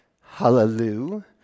hallelujah